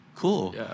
Cool